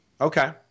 Okay